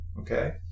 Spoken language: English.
Okay